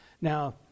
now